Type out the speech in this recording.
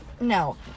No